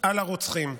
על הרוצחים.